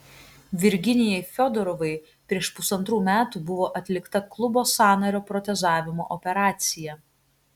virginijai fiodorovai prieš pusantrų metų buvo atlikta klubo sąnario protezavimo operacija